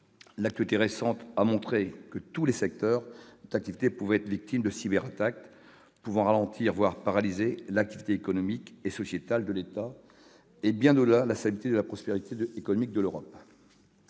L'actualité récente a montré que tous les secteurs d'activité pouvaient être victimes de cyberattaques susceptibles de ralentir, voire de paralyser l'activité économique et sociétale de l'État et, bien au-delà, de compromettre la stabilité et la prospérité économiques de l'Europe.